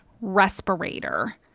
respirator